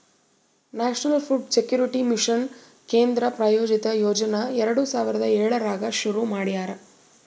national Food Security Mission ಕೇಂದ್ರ ಪ್ರಾಯೋಜಿತ ಯೋಜನಾ ಎರಡು ಸಾವಿರದ ಏಳರಾಗ್ ಶುರು ಮಾಡ್ಯಾರ